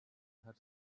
her